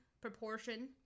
proportion